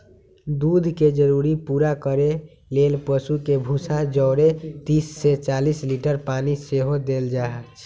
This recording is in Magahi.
दूध के जरूरी पूरा करे लेल पशु के भूसा जौरे तीस से चालीस लीटर पानी सेहो देल जाय